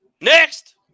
Next